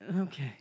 Okay